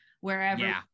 wherever